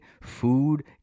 food